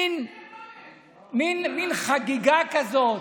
מין חגיגה כזאת